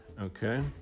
okay